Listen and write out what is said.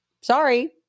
sorry